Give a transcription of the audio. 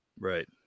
right